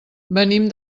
venim